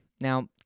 Now